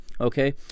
okay